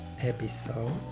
episode